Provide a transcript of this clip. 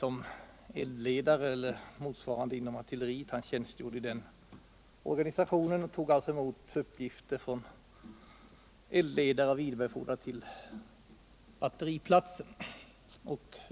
Soldaten hade en befauning inom artilleriet, där han tog emot uppgifter från eldledare och vidarebefordrade dem till batteriplatser.